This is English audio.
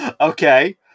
Okay